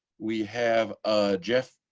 we have a jeff,